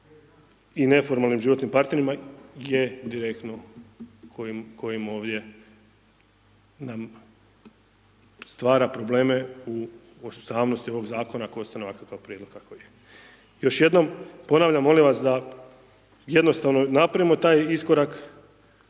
i neformalnim životnim partnerima, je direktno kojim ovim nam stvara probleme u ustavnosti ovog Zakona ako ostane ovakav kao Prijedlog kakav je. Još jednom ponavljam, molim vas da jednostavno napravimo taj iskorak,